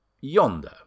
yonder